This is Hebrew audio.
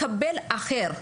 לקבל אחר,